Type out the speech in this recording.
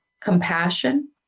compassion